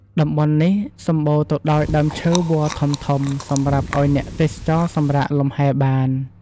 តំបន់នេះសម្បូរទៅដោយដើមឈើវល្លិ៍ធំៗសម្រាប់ឱ្យអ្នកទេសចរសម្រាកលំហែបាន។